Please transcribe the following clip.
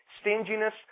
stinginess